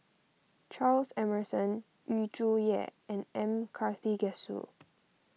Charles Emmerson Yu Zhuye and M Karthigesu